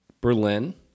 Berlin